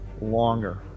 longer